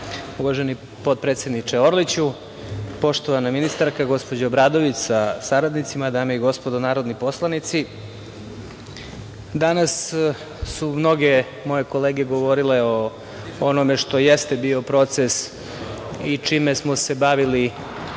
uvaženi potpredsedniče Orliću. Poštovana ministarka, gospođo Obradović, sa saradnicima, dame i gospodo narodni poslanici, danas su mnoge moje kolege govorile o onome što jeste bio proces i čime smo se bavili